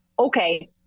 okay